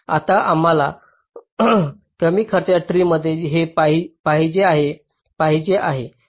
आता आम्हाला कमी खर्चाच्या ट्री मध्ये हे पाहिजे आहे